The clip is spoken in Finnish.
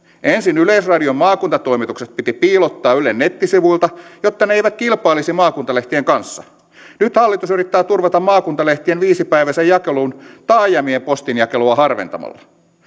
ensin yleisradion maakuntatoimitukset piti piilottaa ylen nettisivuilta jotta ne eivät kilpailisi maakuntalehtien kanssa nyt hallitus yrittää turvata maakuntalehtien viisipäiväisen jakelun taajamien postinjakelua harventamalla